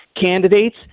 candidates